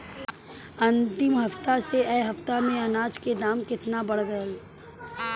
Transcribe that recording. अंतिम हफ्ता से ए हफ्ता मे अनाज के दाम केतना बढ़ गएल?